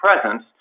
presence